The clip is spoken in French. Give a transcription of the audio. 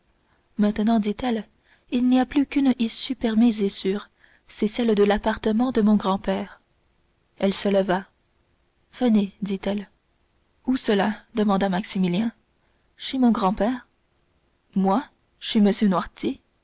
maintenant dit-elle il n'y a plus qu'une issue permise et sûre c'est celle de l'appartement de mon grand-père elle se leva venez dit-elle où cela demanda maximilien chez mon grand-père moi chez